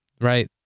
right